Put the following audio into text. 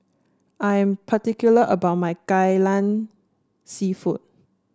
I'm particular about my Kai Lan seafood